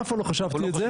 אף פעם לא חשבתי את זה.